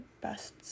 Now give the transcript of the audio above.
best